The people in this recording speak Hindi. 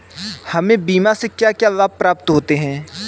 हमें बीमा से क्या क्या लाभ प्राप्त होते हैं?